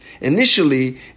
Initially